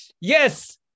yes